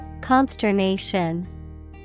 Consternation